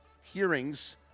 hearings